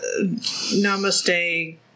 Namaste